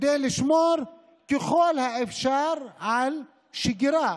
כדי לשמור ככל האפשר על שגרה,